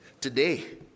Today